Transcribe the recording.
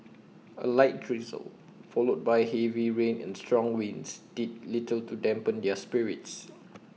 A light drizzle followed by heavy rain and strong winds did little to dampen their spirits